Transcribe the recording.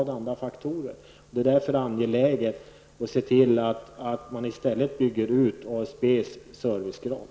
Därför är det angeläget att i stället bygga ut ASBs servicegrad.